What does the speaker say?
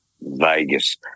Vegas